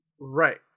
Right